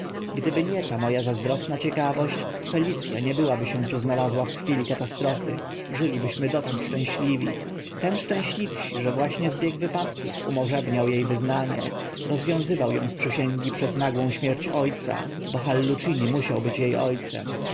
gdyby nie ta mo a zazdrosna ciekawość felic a nie byłaby się tu znalazła w chwili katastro żylibyśmy dotąd szczęśliwi tym szczęśliwsi że właśnie zbieg wypadków umożebniał e wyznanie rozwiązywał ą z przysięgi przez nagłą śmierć o ca bo hallucini musiał być e o